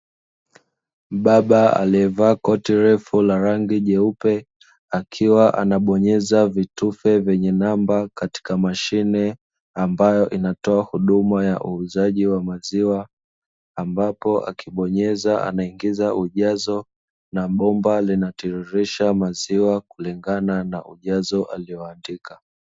Mbaba aliyevaa koti refu la rangi nyeupe, akiwa anabonyeza vitufe vyenye namba katika mashine ambayo inatoa huduma ya uuzaji wa maziwa, ambapo akibonyeza anaingia ujazo na bomba linatirisha maziwa kulingana na ujazo aliouandika.